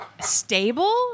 Stable